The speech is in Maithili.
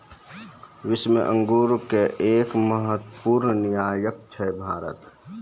विश्व मॅ अंगूर के एक महत्वपूर्ण निर्यातक छै भारत